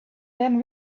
then